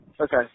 Okay